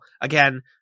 Again